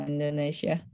Indonesia